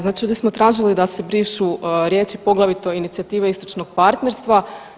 Znači mi smo tražili da se brišu riječi poglavito inicijativa istočnog partnerstva.